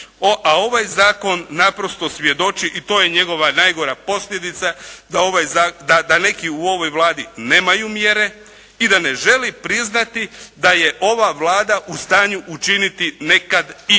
a ovaj zakon naprosto svjedoči i to je njegova najgora posljedica da neki u ovoj Vladi nemaju mjere i da ne želi priznati da je ova Vlada u stanju učiniti nekad i